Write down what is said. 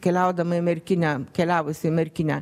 keliaudama į merkinę keliavusi į merkinę